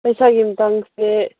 ꯄꯩꯁꯥꯒꯤ ꯃꯇꯥꯡꯁꯦ